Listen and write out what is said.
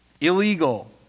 Illegal